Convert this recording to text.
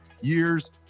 years